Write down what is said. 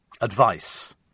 Advice